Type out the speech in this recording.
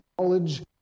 knowledge